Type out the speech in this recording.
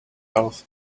health